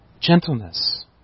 Gentleness